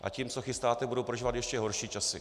A tím, co chystáte, budou prožívat ještě horší časy.